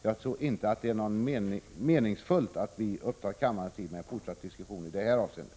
Jag tror inte det är meningsfullt att vi upptar kammarens tid med en fortsatt diskussion på denna punkt.